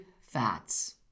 fats